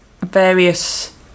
various